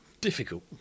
difficult